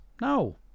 no